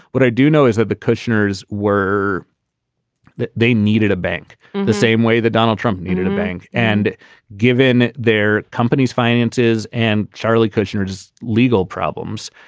but i do know is that the kushner's were that they needed a bank the same way that donald trump needed a bank and given their company's finances and charlie kushner's legal problems.